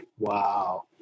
Wow